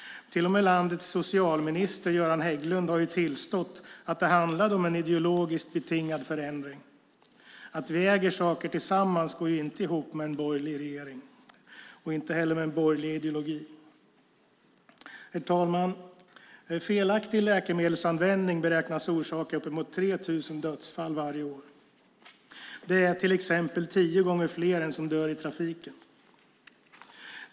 Till och med landets socialminister Göran Hägglund har tillstått att det handlade om en ideologiskt betingad förändring. Att vi äger saker tillsammans går ju inte ihop med en borgerlig regering eller en borgerlig ideologi. Herr talman! Felaktig läkemedelsanvändning beräknas orsaka uppemot 3 000 dödsfall varje år. Det är till exempel tio gånger fler än antalet personer som dör i trafiken.